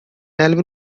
alvin